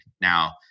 Now